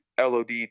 LOD